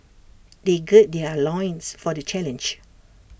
they gird their loins for the challenge